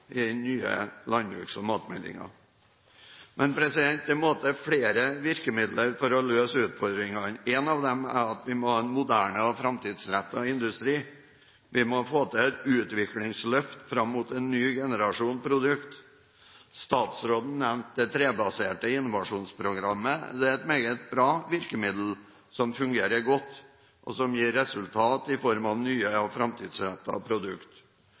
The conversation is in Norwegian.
i den nye landbruks- og matmeldingen. Men det må til flere virkemidler for å løse utfordringene. Én av dem er at vi må ha en moderne og framtidsrettet industri. Vi må få til et utviklingsløft fram mot en ny generasjon produkter. Statsråden nevnte det trebaserte innovasjonsprogrammet. Det er et meget bra virkemiddel, som fungerer godt, og som gir resultater i form av nye og